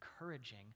encouraging